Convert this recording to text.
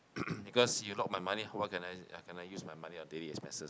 because you lock my money what can I can I use my money on daily expenses